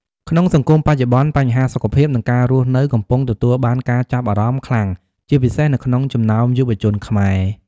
ក្នុងសង្គមបច្ចុប្បន្ន បញ្ហាសុខភាព និងការរស់នៅកំពុងទទួលបានការចាប់អារម្មណ៍ខ្លាំង ជាពិសេសនៅក្នុងចំណោមយុវជនខ្មែរ។